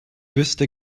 wüsste